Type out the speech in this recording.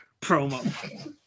promo